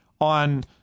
on